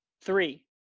Three